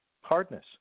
hardness